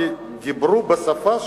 כי דיברו בשפה,